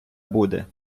буде